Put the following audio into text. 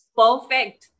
perfect